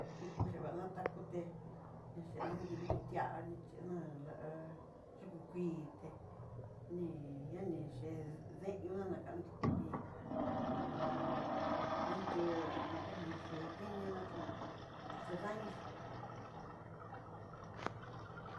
Tikuche vana ta kuté inchendó nrinrutiá ni chedá'a la yukú kuii, té ni ñani ché deen ñoña nakandó ní ho jon nati'ó kani yée ndinina chí chedaño xhí.